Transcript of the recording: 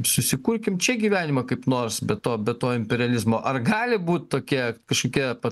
susikurkim čia gyvenimą kaip nors be to be to imperializmo ar gali būt tokie kažkokie vat